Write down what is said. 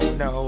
no